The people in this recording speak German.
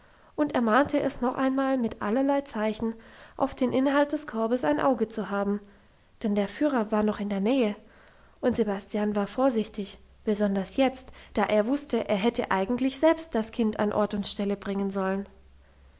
und ermahnte es noch einmal mit allerlei zeichen auf den inhalt des korbes ein auge zu haben denn der führer war noch in der nähe und sebastian war vorsichtig besonders jetzt da er wusste er hätte eigentlich selbst das kind an ort und stelle bringen sollen